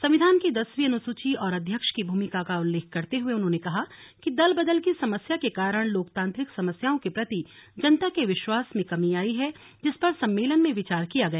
संविधान की दसवीं अनुसूची और अध्यक्ष की भूमिका का उल्लेख करते हुए उन्होंने कहा कि दल बदल की समस्या के कारण लोकतांत्रिक समस्याओं के प्रति जनता के विश्वास में कमी आयी है जिस पर सम्मेलन में विचार किया गया